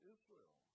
Israel